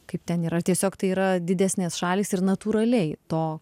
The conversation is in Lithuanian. kaip ten yra tiesiog tai yra didesnės šalys ir natūraliai to